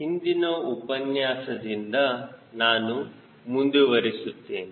ಹಿಂದಿನ ಉಪನ್ಯಾಸದಿಂದ ನಾನು ಮುಂದುವರಿಸುತ್ತೇನೆ